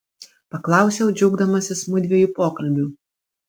paklausiau džiaugdamasis mudviejų pokalbiu